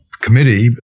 committee